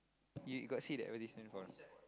you got see the advertisement before or not